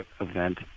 event